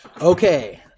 Okay